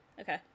Okay